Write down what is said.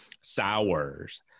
sours